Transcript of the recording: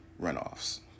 runoffs